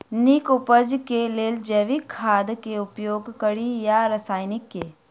नीक उपज केँ लेल जैविक खाद केँ उपयोग कड़ी या रासायनिक केँ?